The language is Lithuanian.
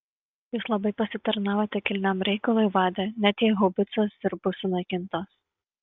jūs labai pasitarnavote kilniam reikalui vade net jei haubicos ir bus sunaikintos